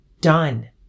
done